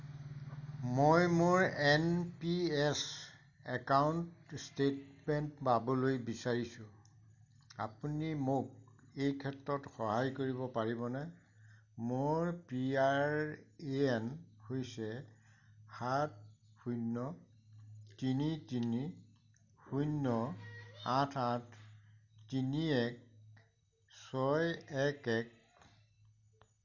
মই মোৰ N P S account statement পাবলৈ বিচাৰিছোঁ আপুনি মোক এই ক্ষেত্ৰত সহায় কৰিব পাৰিবনে মোৰ পি আৰ এ এন হৈছে সাত শূন্য তিনি তিনি শূন্য আঠ আঠ তিনি এক ছয় এক এক